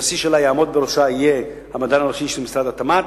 הנשיא שיעמוד בראשה יהיה המדען הראשי של משרד התמ"ת,